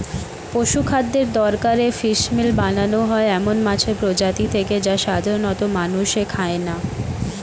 পশুখাদ্যের দরকারে ফিসমিল বানানো হয় এমন মাছের প্রজাতি থেকে যা সাধারনত মানুষে খায় না